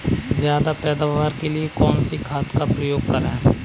ज्यादा पैदावार के लिए कौन सी खाद का प्रयोग करें?